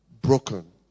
broken